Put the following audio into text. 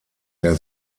der